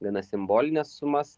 gana simbolines sumas